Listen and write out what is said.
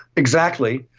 exactly,